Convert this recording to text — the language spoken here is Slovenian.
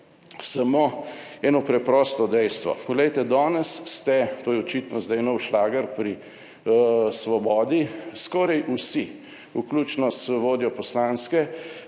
samo eno preprosto dejstvo. Poglejte, danes ste, to je očitno zdaj nov šlager pri svobodi, skoraj vsi, vključno z vodjo poslanske